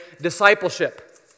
discipleship